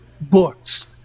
books